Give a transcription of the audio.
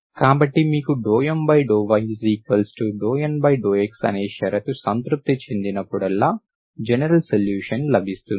కాబట్టి మీకు ∂M∂y∂N∂x అనే ఆ షరతు సంతృప్తి చెందినప్పుడల్లా జనరల్ సొల్యూషన్ లభిస్తుంది